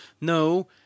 No